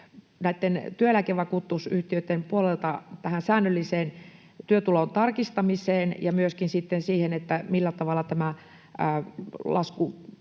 lähdetään työeläkevakuutusyhtiöiden puolelta tähän säännölliseen työtulon tarkistamiseen ja myöskin sitten siihen, millä tavalla tämä